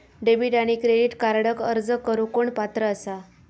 Debit आणि credit कार्डक अर्ज करुक कोण पात्र आसा?